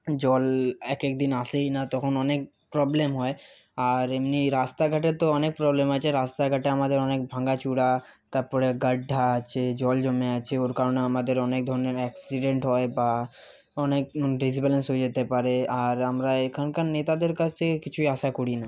জল এক একদিন আসেই না তখন অনেক প্রবলেম হয় আর এমনি রাস্তাঘাটের তো অনেক প্রবলেম আছে রাস্তাঘাট আমাদের অনেক ভাঙাচোরা তারপরে গাড্ডহা আছে জল জমে আছে ওর কারণে আমাদের অনেক ধরণের অ্যাক্সিডেন্ট হয় বা অনেক ডিসব্যালেন্স হয়ে যেতে পারে আর আমরা এখানকার নেতাদের কাছ থেকে কিছুই আশা করি না